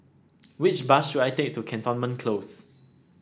which bus should I take to Cantonment Close